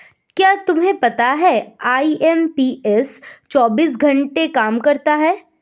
क्या तुम्हें पता है आई.एम.पी.एस चौबीस घंटे काम करता है